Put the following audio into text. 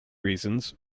reasons